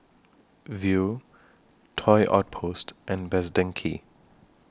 Viu Toy Outpost and Best Denki